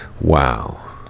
wow